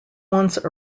once